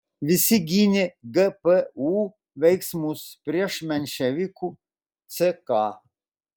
visi gynė gpu veiksmus prieš menševikų ck